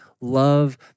love